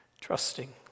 trusting